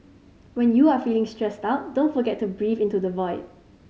when you are feeling stressed out don't forget to breathe into the void